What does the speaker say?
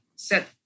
set